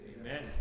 Amen